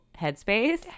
headspace